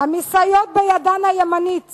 המסייעות בידן הימנית